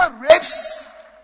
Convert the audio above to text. rapes